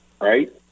right